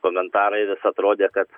komentarai vis atrodė kad